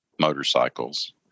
motorcycles